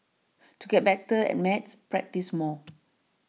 to get better at maths practise more